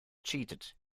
cheated